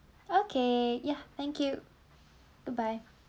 okay yeah thank you goodbye